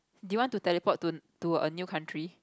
do you want to teleport to to a new country